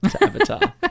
avatar